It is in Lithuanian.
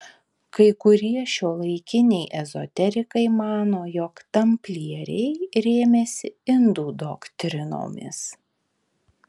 kai kurie šiuolaikiniai ezoterikai mano jog tamplieriai rėmėsi indų doktrinomis